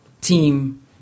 Team